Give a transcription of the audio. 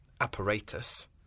apparatus